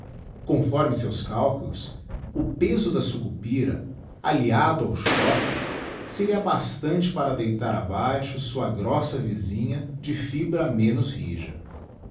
conforme seus cálculos o peso da sucupira alliado ao choque seria bastante para deitar a baixo sua grossa vísinha de fibra menos rija